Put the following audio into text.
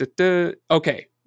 Okay